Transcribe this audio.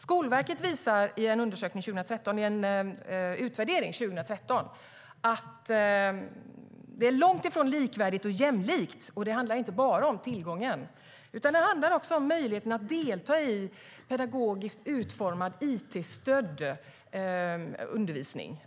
Skolverket visade i en utvärdering 2013 att det är långt från likvärdigt och jämlikt. Det handlar inte bara om tillgången utan också om möjligheten att delta i pedagogiskt utformad it-stödd undervisning.